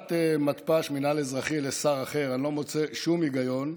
בהעברת מתפ"ש מינהל אזרחי לשר אחר אני לא מוצא שום היגיון,